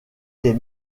les